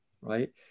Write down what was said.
right